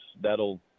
that'll